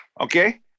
okay